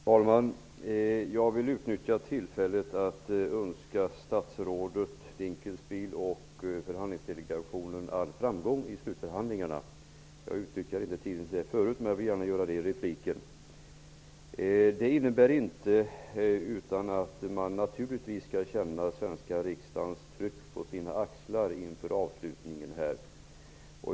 Herr talman! Jag vill i min replik utnyttja tillfället till att önska statsrådet Dinkelspiel och förhandlingsdelegationen all framgång i slutförhandlingarna. Det innebär naturligtvis inte att man inte skall känna svenska riksdagens tryck på sina axlar inför avslutningen.